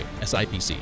SIPC